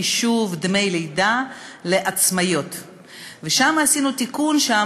חישוב דמי לידה לפי חצי